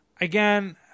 again